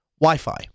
Wi-Fi